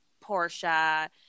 Portia